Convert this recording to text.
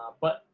but,